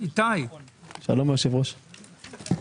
שלום היושב ראש.